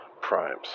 primes